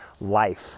life